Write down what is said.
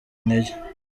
intege